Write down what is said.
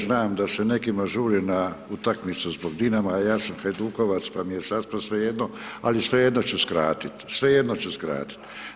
Znam da se nekima žuri na utakmicu zbog Dinama, a ja sam Hajdukovac pa mi je sasva svejedno, ali svejedno ću skratit', svejedno su skratit.